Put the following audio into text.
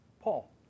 Paul